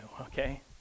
okay